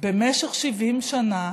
במשך 70 שנה,